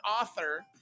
author